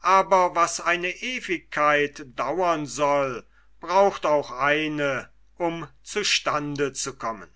aber was eine ewigkeit dauern soll braucht auch eine um zu stande zu kommen